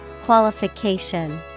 Qualification